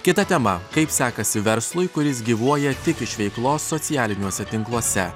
kita tema kaip sekasi verslui kuris gyvuoja tik iš veiklos socialiniuose tinkluose